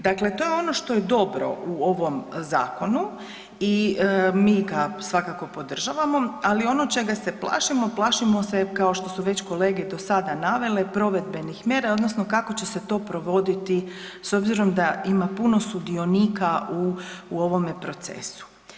Dakle, to je ono što je dobro u ovom zakonu i mi ga svakako podržavamo, ali ono čega se plašimo, plašimo se, kao što su već kolege do sada navele, provedbenih mjera odnosno kako će se to provoditi s obzirom da ima puno sudionika u ovome procesu.